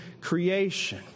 creation